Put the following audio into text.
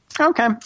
Okay